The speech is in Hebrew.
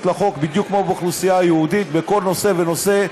לחוק בדיוק כמו באוכלוסייה היהודית בכל נושא ונושא,